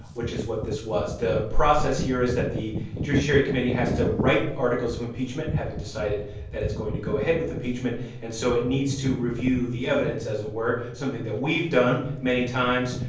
which is what this was. the process here is that the judiciary committee has to write articles of impeachment, having decided that it's going to go ahead with impeachment and so it needs to review the evidence, as it were something that we've done many times.